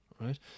right